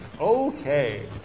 Okay